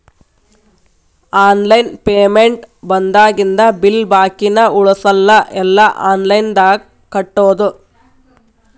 online payment ಬಂದಾಗಿಂದ bill ಬಾಕಿನ ಉಳಸಲ್ಲ ಎಲ್ಲಾ ಆನ್ಲೈನ್ದಾಗ ಕಟ್ಟೋದು